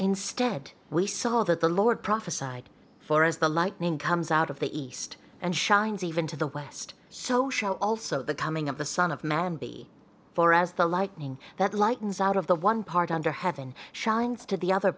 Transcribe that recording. instead we saw that the lord prophesied for as the lightning comes out of the east and shines even to the west social also the coming of the son of man be for as the lightning that lightens out of the one part under heaven shines to the other